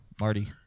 Marty